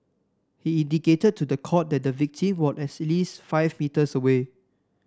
he indicated to the court that the victim was at least five metres away